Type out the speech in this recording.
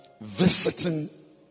visiting